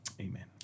Amen